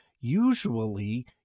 usually